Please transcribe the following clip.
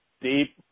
deep